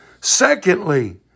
secondly